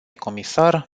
comisar